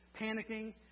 panicking